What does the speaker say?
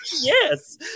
Yes